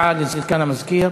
הודעה לסגן המזכיר.